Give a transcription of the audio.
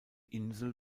insel